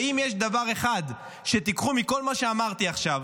ואם יש דבר אחד שתיקחו מכל מה שאמרתי עכשיו,